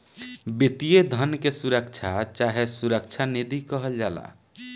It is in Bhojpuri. वित्तीय धन के सुरक्षा चाहे सुरक्षा निधि कहल जाला